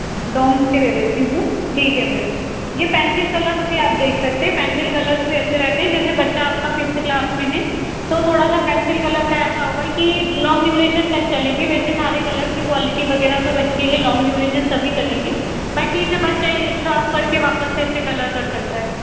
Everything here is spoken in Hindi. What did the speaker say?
डोम्स के दे देती हूँ ठीक है मैडम ये पेंसिल कलर्स भी आप देख सकते हैं पेंसिल कलर्स भी अच्छे रहते हैं जैसे बच्चा आपका फ़िफ्थ क्लास में है तो थोड़ा पेंसिल कलर्स का ऐसा होगा की लॉन्ग ड्यूरेशन तक चलेंगे वैसे सारे कलर्स की क्वालिटी वगैरह सब अच्छी है लॉन्ग ड्यूरेशन सभी चलेंगे बाकी इसे बच्चा शॉर्प करके वापस से इससे कलर कर सकता है